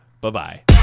Bye-bye